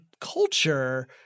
culture